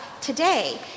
today